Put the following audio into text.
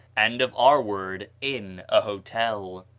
and of our word inn, a hotel.